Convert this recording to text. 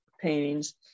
paintings